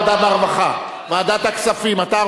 לדיון מוקדם בוועדה שתקבע ועדת הכנסת